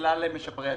לכלל משפרי הדיור.